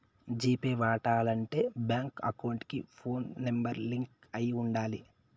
G Pay వాడాలంటే bank account కి phone number link అయి ఉండాలి